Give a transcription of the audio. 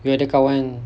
you ada kawan